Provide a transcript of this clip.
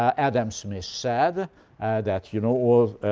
adam smith said that, you know, all